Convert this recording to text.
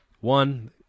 One